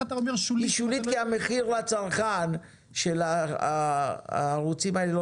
היא שולית כי המחיר לצרכן של הערוצים האלה לא